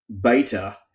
beta